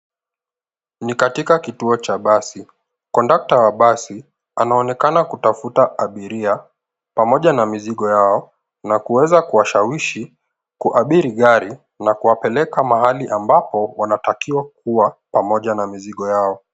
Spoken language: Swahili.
Ni katika kituo cha basi. Kondakta wa basi anaonekana kutafuta abiria pamoja na mizigo yao na kuweza kuwashawishi kuabiri gari na kuwapeleka mahali ambapo wanatakiwa kuwa pamoja na mizigo yao.